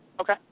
Okay